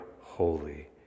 holy